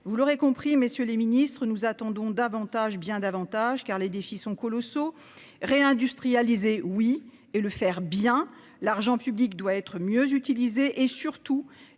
Vous l'aurez compris, messieurs les ministres, nous attendons davantage, bien davantage, car les défis sont colossaux. Réindustrialisons, mais faisons-le bien : l'argent public doit être mieux utilisé, et, surtout,